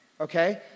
Okay